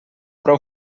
prou